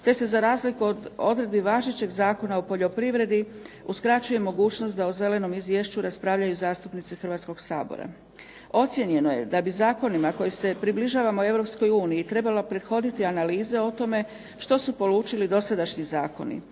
te se za razliku od odredbi važećeg Zakona o poljoprivredi uskraćuje mogućnost da o zelenom izvješću raspravljaju zastupnici Hrvatskog sabora. Ocijenjeno je da bi zakonima kojim se približavamo EU trebala predhoditi analiza o tome što su polučili dosadašnji zakoni.